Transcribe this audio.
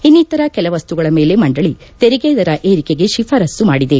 ಇನ್ನಿತರ ಕೆಲವಸ್ಸುಗಳ ಮೇಲೆ ಮಂಡಳಿ ತೆರಿಗೆ ದರ ಏರಿಕೆಗೆ ಶಿಫಾರಸ್ತು ಮಾಡಿದೆ